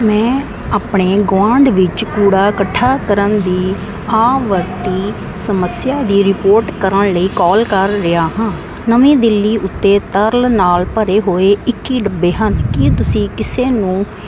ਮੈਂ ਆਪਣੇ ਗੁਆਂਢ ਵਿੱਚ ਕੂੜਾ ਇਕੱਠਾ ਕਰਨ ਦੀ ਆਵਰਤੀ ਸਮੱਸਿਆ ਦੀ ਰਿਪੋਰਟ ਕਰਨ ਲਈ ਕੌਲ ਕਰ ਰਿਹਾ ਹਾਂ ਨਵੀਂ ਦਿੱਲੀ ਉੱਤੇ ਤਰਲ ਨਾਲ ਭਰੇ ਹੋਏ ਇੱਕੀ ਡੱਬੇ ਹਨ ਕੀ ਤੁਸੀਂ ਕਿਸੇ ਨੂੰ